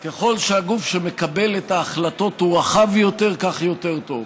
ככל שהגוף שמקבל את ההחלטות הוא רחב יותר כך יותר טוב.